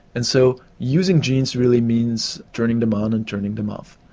and so using genes really means turning them on and turning them off,